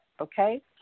okay